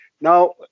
Now